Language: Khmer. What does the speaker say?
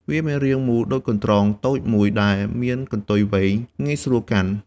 វាមានរាងដូចកន្ត្រកតូចមួយដែលមានកន្ទុយវែង ងាយស្រួលកាន់។